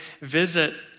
visit